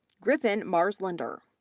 griffin marslender,